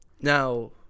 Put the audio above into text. now